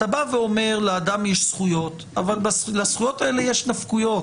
אתה בא ואומר שלאדם יש זכויות אבל לזכויות האלה יש נפקויות.